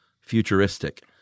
futuristic